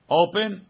open